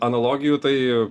analogijų tai